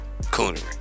coonery